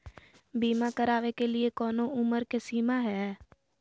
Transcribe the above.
बीमा करावे के लिए कोनो उमर के सीमा है?